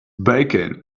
bacon